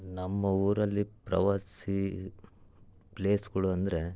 ನಮ್ಮ ಊರಲ್ಲಿ ಪ್ರವಾಸಿ ಪ್ಲೇಸ್ಗಳು ಅಂದರೆ